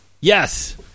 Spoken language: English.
Yes